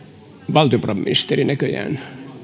valtiovarainministeri näköjään